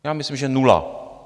Já myslím, že nula.